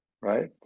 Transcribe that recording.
right